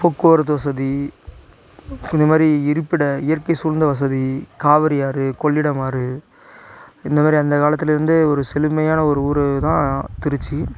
போக்குவரத்து வசதி இந்த மாதிரி இருப்பிட இயற்கை சூழ்ந்த வசதி காவிரி ஆறு கொள்ளிடம் ஆறு இந்தமாரி அந்த காலத்துலேர்ந்தே ஒரு செழிமையான ஒரு ஊர் தான் திருச்சி